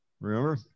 Remember